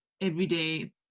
everyday